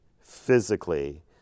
physically